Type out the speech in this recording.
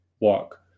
walk